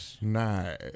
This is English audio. Nice